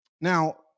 Now